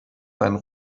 seinen